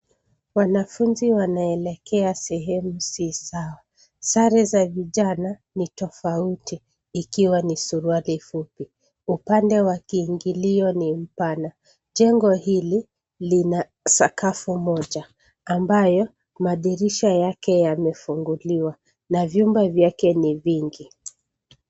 Wanafunzi wanaelekea sehemu si sawa, sare za vijana, ni tofauti, ikiwa ni suruali fupi, upande wa kiingilio ni mpana. Jengo hili, lina sakafu moja, ambayo madirisha yake yamefunguliwa, na vyumba vyake ni vingi.